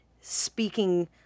speaking